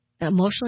emotionally